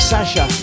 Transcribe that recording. Sasha